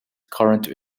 current